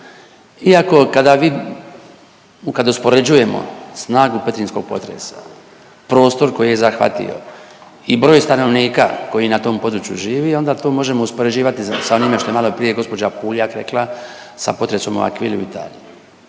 iako kada vi, kad uspoređujemo snagu petrinjskog potresa, prostor koji je zahvatio i broj stanovnika koji na tom području živi, onda to možemo uspoređivati sa onime što je maloprije gospođa Puljak rekla, sa potresom …/Govornik